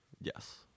Yes